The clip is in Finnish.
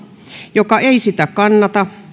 joka ei sitä kannata